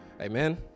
Amen